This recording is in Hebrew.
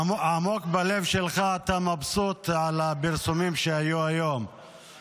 עמוק בלב שלך אתה מבסוט על הפרסומים שהיו היום -- על מה?